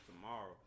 tomorrow